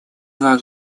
два